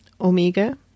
Omega